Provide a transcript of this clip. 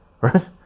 right